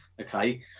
okay